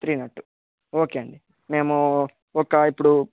three not two okay అండి మేము ఒక ఇప్పుడు